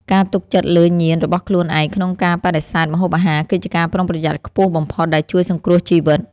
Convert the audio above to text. ការទុកចិត្តលើញាណរបស់ខ្លួនឯងក្នុងការបដិសេធម្ហូបអាហារគឺជាការប្រុងប្រយ័ត្នខ្ពស់បំផុតដែលជួយសង្គ្រោះជីវិត។